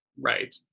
Right